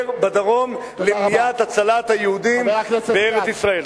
בדרום למניעת הצלת היהודים בארץ-ישראל.